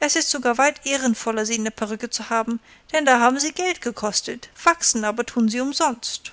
es ist sogar weit ehrenvoller sie in der perücke zu haben denn da haben sie geld gekostet wachsen aber tun sie umsonst